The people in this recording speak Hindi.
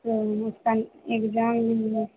उसका इग्जाम भी है